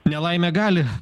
nelaimė gali